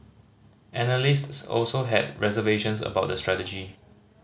analysts also had reservations about the strategy